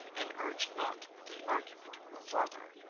and urge not the argument farther.